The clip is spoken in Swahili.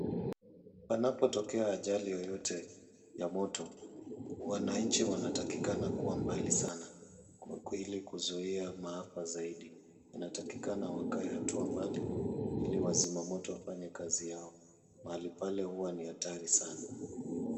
Panapotokea ajali yoyote ya moto, wananchi wanatakikana kuwa mbali sana kwa kweli kuzuia maafa zaidi. Inatakikana wakae hatua mbali ili wazima moto wafanye kazi yao, mahali pale huwa ni hatari sana.